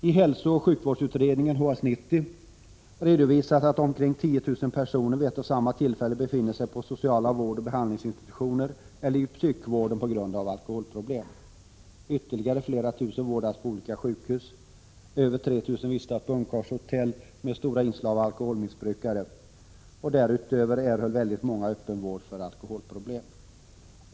I hälsooch sjukvårdsutredningen, HS 90, redovisas att omkring 10 000 personer vid ett och samma tillfälle befinner sig på sociala vårdoch behandlingsinstitutioner eller i psykvården på grund av alkoholproblem. Ytterligare flera tusen vårdas på olika sjukhus. Över 3 000 vistas på ungkarlshotell med stora inslag av alkoholmissbrukare. Därutöver får väldigt många öppenvård för alkoholproblem.